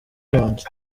wanjye